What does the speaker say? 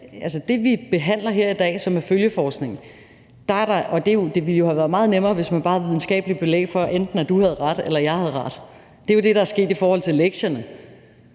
Altså, det, vi behandler her i dag, er følgeforskning, og det ville jo have været meget nemmere, hvis man bare havde videnskabeligt belæg for, at enten du havde ret eller at jeg havde ret. Det er jo det, der er sket i forhold til lektierne.